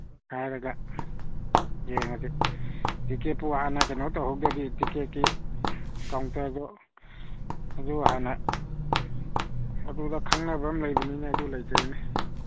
ꯍꯥꯏꯔꯒ ꯌꯦꯡꯉꯁꯤ ꯇꯤꯀꯦꯠꯄꯨ ꯍꯥꯟꯅ ꯀꯩꯅꯣ ꯇꯧꯍꯧꯗ꯭ꯔꯗꯤ ꯇꯤꯀꯦꯠꯀꯤ ꯀꯥꯎꯇꯔꯗꯨ ꯑꯗꯨ ꯍꯥꯟꯅ ꯑꯗꯨꯗ ꯈꯪꯅꯕꯝ ꯂꯩꯕꯅꯤꯅꯦ ꯑꯗꯨ ꯂꯩꯇ꯭ꯔꯦꯅꯦ